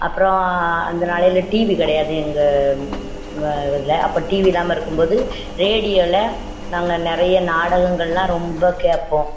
அப்புறம் அந்த நாளையில் டிவி கிடையாது எங்கள் எங்கள் வீட்டில் அப்போ டிவி இல்லாமல் இருக்கும்போது ரேடியோவில் நாங்கள் நிறைய நாடகங்களெலாம் ரொம்ப கேட்போம்